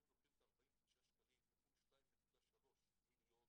כי אם לוקחים את ה-49 שקלים כפול 2.3 מיליון